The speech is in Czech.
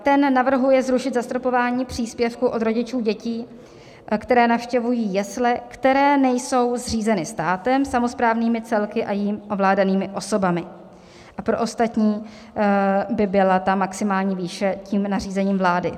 Ten navrhuje zrušit zastropování příspěvku od rodičů dětí, které navštěvují jesle, které nejsou zřízeny státem, samosprávnými celky a jimi ovládanými osobami, a pro ostatní by byla ta maximální výše tím nařízením vlády.